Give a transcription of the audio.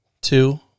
Two